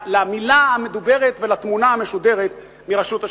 למלה המדוברת ולתמונה המשודרת מרשות השידור.